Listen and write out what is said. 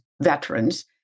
veterans